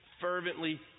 fervently